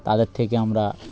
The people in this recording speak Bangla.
তাদের থেকে আমরা